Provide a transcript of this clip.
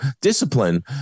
discipline